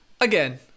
Again